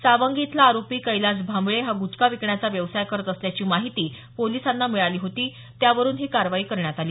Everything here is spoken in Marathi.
सावंगी इथला आरोपी कैलास भांबळे हा गुटखा विकण्याचा व्यवसाय करत असल्याची माहिती पोलिसांना मिळाली होती त्यावरून ही कारवाई करण्यात आली